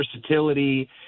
versatility